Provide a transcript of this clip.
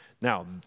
Now